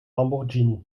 lamborghini